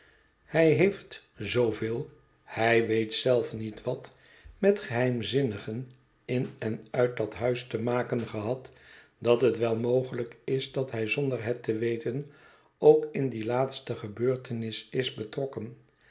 hij heeft zooveel hij weet zelf niet wat met geheimzinnige dingen in en uit dat huis té maken gehad dat het wel mogelijk is dat hij zonder het te weten ook in die laatste gebeurtenis is betrokken